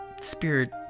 spirit